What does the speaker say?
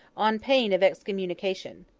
on pain of excommunication.